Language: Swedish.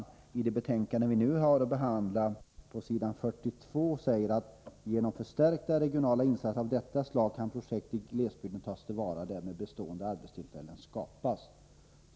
42i det betänkande vi nu behandlar säger: ”Genom förstärkta regionala insatser av detta slag kan projekt i glesbygden tas till vara och därmed bestående arbetstillfällen skapas.